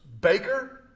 baker